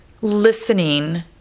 listening